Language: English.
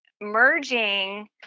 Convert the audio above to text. merging